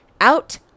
Out